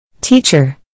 Teacher